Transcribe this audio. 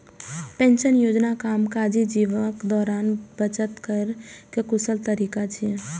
pension योजना कामकाजी जीवनक दौरान बचत केर कर कुशल तरीका छियै